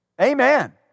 Amen